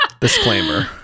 disclaimer